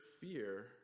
fear